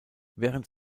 während